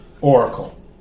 Oracle